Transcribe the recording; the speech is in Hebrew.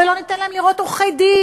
ולא ניתן להם לראות עורכי-דין,